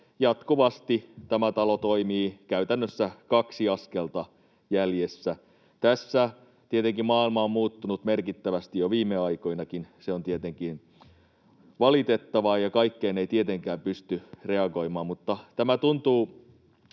jatkuvasti tämä talo toimii käytännössä kaksi askelta jäljessä. Tietenkin maailma on muuttunut merkittävästi jo viime aikoinakin, se on tietenkin valitettavaa, ja kaikkeen ei tietenkään pystytä reagoimaan, mutta tämä tuntuu